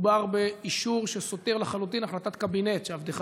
מדובר באישור שסותר לחלוטין החלטת קבינט שעבדך